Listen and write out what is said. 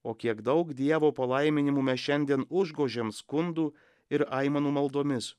o kiek daug dievo palaiminimų mes šiandien užgožėm skundų ir aimanų maldomis